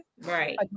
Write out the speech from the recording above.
Right